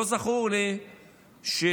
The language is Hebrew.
לא זכור לי שהוא